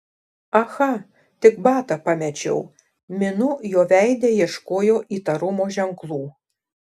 aha tik batą pamečiau minu jo veide ieškojo įtarumo ženklų